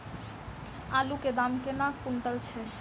आलु केँ दाम केना कुनटल छैय?